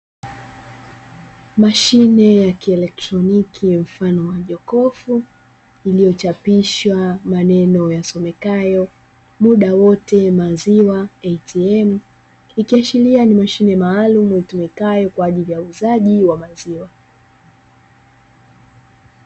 Mashine ya kielektroniki mfano wa jokofu iliyochapishwa maneno yasomekayo muda wote maziwa "ATM", ikiashiria ni mashine itumikayo kwa ajili ya uuzaji wa maziwa